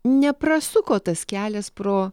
neprasuko tas kelias pro